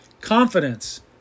Confidence